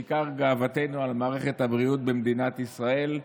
עיקר גאוותנו על מערכת הבריאות במדינת ישראל,